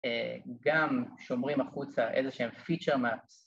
גם שומרים החוצה איזה שהם Feature Maps